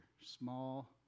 Small